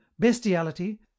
bestiality